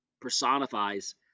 personifies